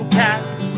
cats